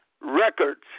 Records